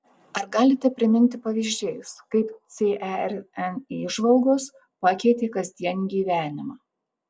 ar galite priminti pavyzdžiais kaip cern įžvalgos pakeitė kasdienį gyvenimą